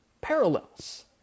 parallels